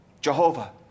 Jehovah